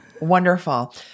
Wonderful